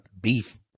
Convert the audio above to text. beef